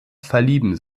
verlieben